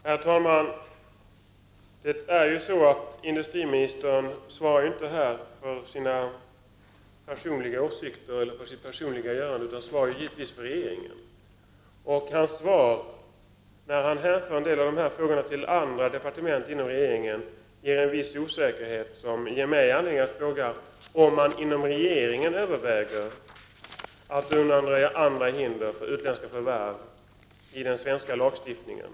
Herr talman! Industriministern ger ju här inte uttryck för sina personliga åsikter utan svarar för regeringens åsikter. Industriministerns svar, där han hänför en del av dessa frågor till andra departement. tyder på en viss osäkerhet. som ger mig anledning att fråga om man inom regeringen överväger att undanröja andra hinder för utländska förvärv i den svenska lagstiftningen.